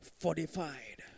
fortified